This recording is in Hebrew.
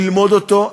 ללמוד אותו.